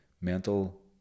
mental